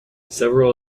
several